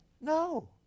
No